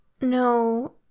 No